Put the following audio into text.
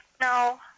No